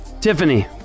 Tiffany